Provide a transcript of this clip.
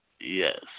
Yes